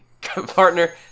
partner